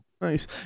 Nice